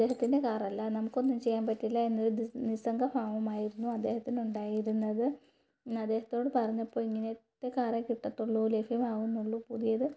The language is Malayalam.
അദ്ദേഹത്തിൻ്റെ കാറല്ല നമുക്കൊന്നും ചെയ്യാൻ പറ്റില്ല എന്നൊരു നിസ്സംഗ ഭാവമായിരുന്നു അദ്ദേഹത്തിനുണ്ടായിരുന്നത് അദ്ദേഹത്തോട് പറഞ്ഞപ്പോള് ഇങ്ങനത്തെ കാറെ കിട്ടത്തുള്ളൂ ലഭ്യമാകുന്നുള്ളൂ പുതിയത്